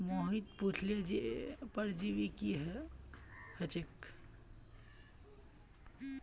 मोहित पुछले जे परजीवी की ह छेक